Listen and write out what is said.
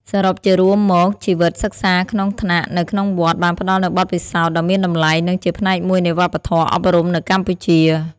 សរុបជារួមមកជីវិតសិក្សាក្នុងថ្នាក់នៅក្នុងវត្តបានផ្ដល់នូវបទពិសោធន៍ដ៏មានតម្លៃនិងជាផ្នែកមួយនៃវប្បធម៌អប់រំនៅកម្ពុជា។